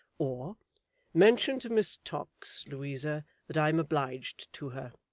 or mention to miss tox, louisa, that i am obliged to her